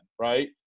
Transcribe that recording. right